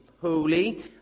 holy